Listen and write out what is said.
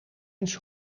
eens